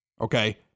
Okay